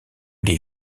les